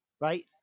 right